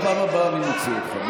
בפעם הבאה אני מוציא אותך.